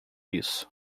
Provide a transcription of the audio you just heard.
isso